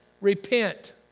repent